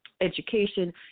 education